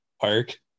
park